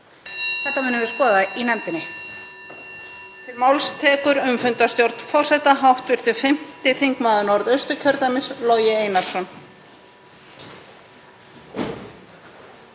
Þetta munum við skoða í nefndinni.